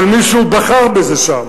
אבל מישהו בחר בזה שם,